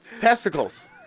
testicles